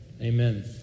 Amen